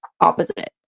opposite